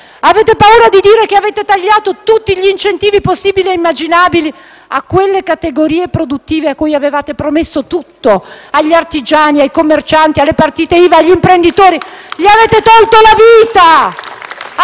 Avete paura di dire che avete tagliato tutti gli incentivi possibili e immaginabili a quelle categorie produttive cui avevate promesso tutto: agli artigiani, ai commercianti, alle partite IVA e agli imprenditori. Avete tolto loro la vita!